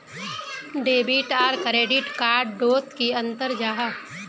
Debit आर credit card डोट की अंतर जाहा?